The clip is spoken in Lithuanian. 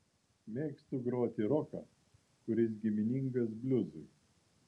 mėgstu groti roką kuris giminingas bliuzui